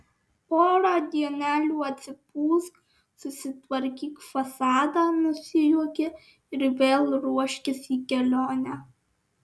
porą dienelių atsipūsk susitvarkyk fasadą nusijuokė ir vėl ruoškis į kelionę